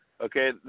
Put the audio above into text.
Okay